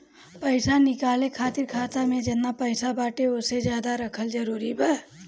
पईसा निकाले खातिर खाता मे जेतना पईसा बाटे ओसे ज्यादा रखल जरूरी बा?